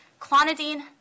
clonidine